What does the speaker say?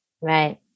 Right